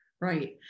Right